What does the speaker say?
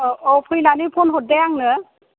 औ औ फैनानै फन हरदे आंनो